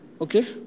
Okay